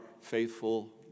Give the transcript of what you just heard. faithful